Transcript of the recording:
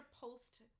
post